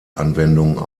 anwendung